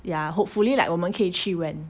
ya hopefully like 我们可以去 when